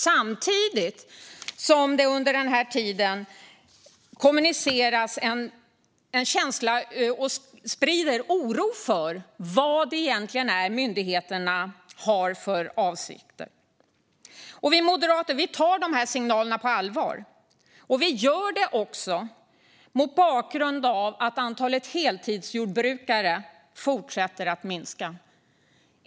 Samtidigt sprids under den här tiden en känsla av oro över vad myndigheterna egentligen har för avsikter. Vi moderater tar dessa signaler på allvar. Vi gör det också mot bakgrund av att antalet heltidsjordbrukare fortsätter att minska.